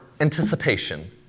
anticipation